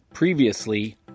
Previously